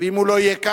אם הוא לא יהיה כאן,